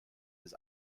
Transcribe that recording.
his